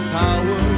power